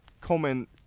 comment